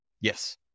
yes